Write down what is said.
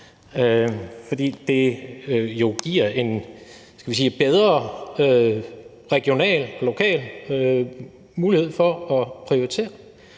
fordi det jo giver en bedre regional og lokal mulighed for at prioritere